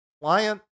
client